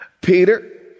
Peter